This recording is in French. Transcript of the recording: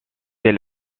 ces